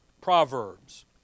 Proverbs